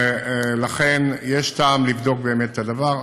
ולכן יש טעם לבדוק את הדבר.